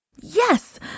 Yes